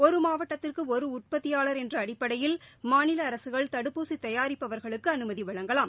ஒரு மாவட்டத்திற்கு ஒரு உற்பத்தியாளர் என்ற அடிப்படையில் மாநில அரசுகள் தடுப்பூசி தயாரிப்பவர்களுக்கு அனுமதி வழங்கலாம்